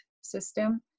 system